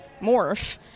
morph